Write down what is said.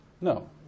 no